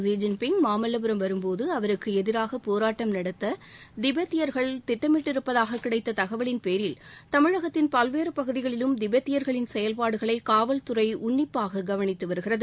Xi Jinping Mamallapuram வரும்போது அவருக்கு எதிராக போராட்டம் நடத்த திபெத்தியர்கள் திட்டமிட்டிருப்பதாக கிடைத்த தகலின்பேரில் தமிழகத்தின் பல்வேறு பகுதிகளிலும் திபெத்தியர்களின் செயல்பாடுகளை காவல்துறை உன்னிப்பாக கவனித்து வருகிறது